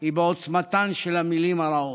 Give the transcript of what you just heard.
היא בעוצמתן של המילים הרעות.